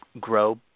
grow